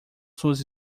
suas